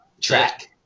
Track